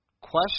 Question